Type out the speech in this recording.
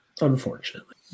unfortunately